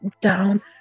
down